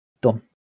done